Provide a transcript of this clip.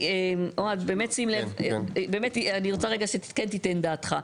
אוהד, באמת, שים לב, אני רוצה רק שכן תיתן דעתך.